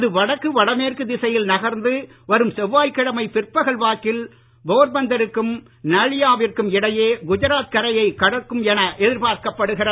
இது வடக்கு வடமேற்கு திசையில் நகர்ந்து வரும் செவ்வாய்க்கிழமை பிற்பகல் வாக்கில் போர் பந்தருக்கும் நாலியாவிற்கும் இடையே குஜராத் கரையை கடக்கும் என எதிர்பார்க்கப்படுகிறது